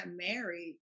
married